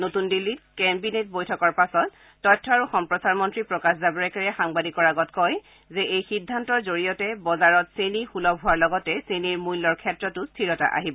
নতুন দিল্লীত কেবিনেট বৈঠকৰ পাছত তথ্য আৰু সম্প্ৰচাৰ মন্ত্ৰী প্ৰকাশ জাভ্ৰেকাৰে সাংবাদিকৰ আগত কয় যে এই সিদ্ধান্তৰ জৰিয়তে বজাৰত চেনী সূলভ হোৱাৰ লগতে চেনীৰ মূল্যৰ ক্ষেত্ৰতো স্থিৰতা আহিব